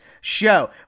show